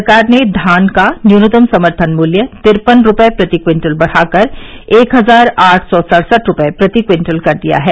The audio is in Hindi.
सरकार ने धान का न्यूनतम समर्थन मूल्य तिरपन रुपये प्रति क्विंटल बढ़ाकर एक हजार आठ सौ अड़सठ रुपये प्रति क्विंटल कर दिया है